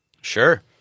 Sure